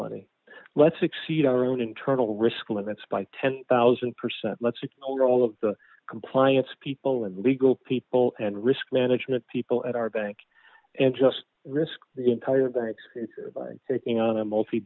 money let's exceed our own internal risk limits by ten thousand percent let's all of the compliance people and legal people and risk management people at our bank and just risk the entire banks by taking on a multi